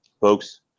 Folks